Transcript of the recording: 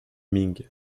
ming